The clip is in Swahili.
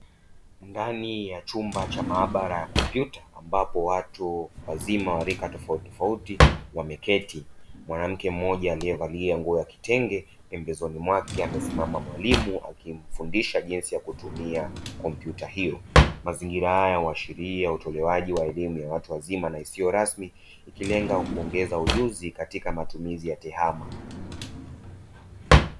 Ndani ya chumba cha maabara ya kompyuta ambapo watu wazima wa rika tofautitofauti wameketi. Mwanamke mmoja aliyevalia nguo ya kitenge, pembezoni mwake amesimama mwalimu akimfundisha jinsi ya kutumia kompyuta hiyo. Mazingira haya huashiriaya utolewaji wa elimu ya watu wazima na isiyo rasmi, ikilenga kuongeza ujuzi katika matumizi ya tehama.